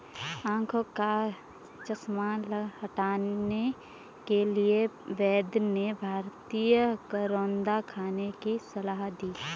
आंखों का चश्मा हटाने के लिए वैद्य ने भारतीय करौंदा खाने की सलाह दी